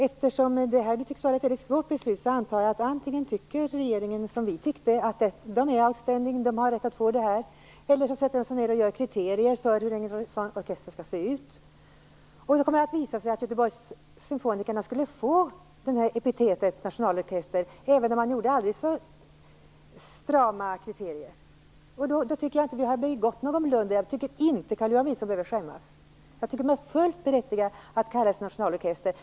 Eftersom det tycks vara ett mycket svårt beslut antar jag att regeringen antingen tycker som vi tyckte, att de är outstanding och att de har rätt att få detta, eller så sätter de sig ned och gör kriterier för hur en sådan orkester skall se ut. Då kommer det att visa att Göteborgs Symfonikerna skulle få epitetet nationalorkester, även om man gjorde aldrig så strama kriterier. Då tycker jag inte att vi har begått någon blunder. Jag tycker inte att Carl-Johan Wilson behöver skämmas. Jag tycker att de är fullt berättigade att kalla sig nationalorkester.